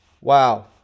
Wow